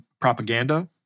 propaganda